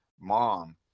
mom